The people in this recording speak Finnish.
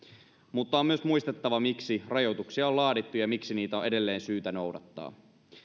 mutta on myös muistettava miksi rajoituksia on laadittu ja miksi niitä on edelleen syytä noudattaa